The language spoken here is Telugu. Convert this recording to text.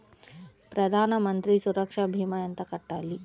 ప్రధాన మంత్రి సురక్ష భీమా ఎంత కట్టాలి?